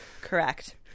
correct